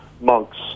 monks